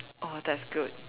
oh that's good